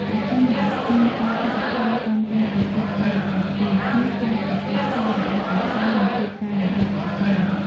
ប្រសិនបើគ្មានការឧបត្ថម្ភគាំទ្រពីពុទ្ធបរិស័ទទេ នោះការប្រតិបត្តិធម៌របស់ព្រះសង្ឃនឹងជួបការលំបាកជាច្រើន។